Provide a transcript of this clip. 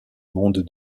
monde